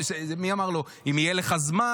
מי אמר לו: אם יהיה לך זמן,